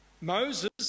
moses